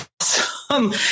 awesome